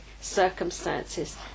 circumstances